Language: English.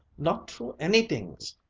not true anydings!